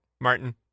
Martin